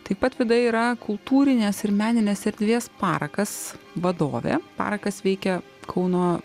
taip pat vida yra kultūrinės ir meninės erdvės parakas vadovė parakas veikia kauno